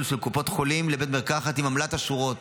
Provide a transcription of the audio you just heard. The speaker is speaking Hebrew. של קופות החולים לבית מרקחת על עמלת השורות.